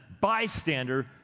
bystander